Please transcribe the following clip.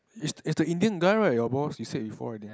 it's it's the Indian guy right your boss you said before I think